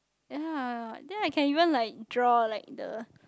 ye then I can even like draw like the